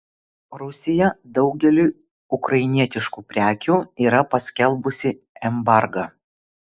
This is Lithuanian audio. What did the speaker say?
rusija daugeliui ukrainietiškų prekių yra paskelbusi embargą